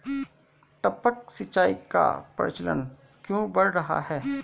टपक सिंचाई का प्रचलन क्यों बढ़ रहा है?